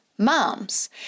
moms